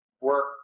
work